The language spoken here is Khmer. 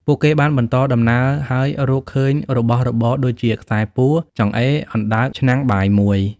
ពួកគេបានបន្តដំណើរ ហើយរកឃើញរបស់របរដូចជាខ្សែពួរ ចង្អេរ អណ្តើក និងឆ្នាំងបាយមួយ ។